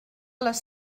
les